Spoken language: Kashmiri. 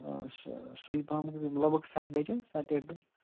آ سا سُلہِ پَہَم لَگ بگ سَتہِ بَجہِ حظ سَتہِ ٲٹھِ بَجہِ